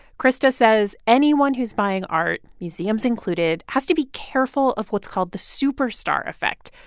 christa says anyone who's buying art, museums included, has to be careful of what's called the superstar effect.